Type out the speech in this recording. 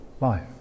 life